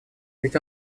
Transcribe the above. ведь